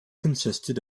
consisted